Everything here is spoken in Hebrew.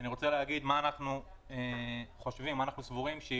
אני רוצה להגיד מה אנחנו סבורים שהיא